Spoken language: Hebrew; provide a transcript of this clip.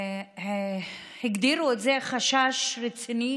שהגדירו את זה חשש רציני,